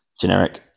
generic